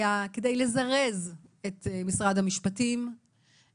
היה כדי לזרז את משרד המשפטים,